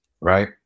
right